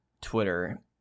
Twitter